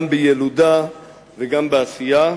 גם בילודה וגם בעשייה.